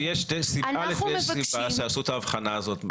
נכון, ויש סיבה שעשו את ההבחנה הזאת.